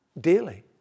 daily